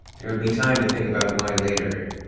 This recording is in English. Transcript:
there would be time to think about why later,